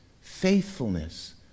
faithfulness